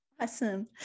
Awesome